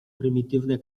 prymitywne